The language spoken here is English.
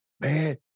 man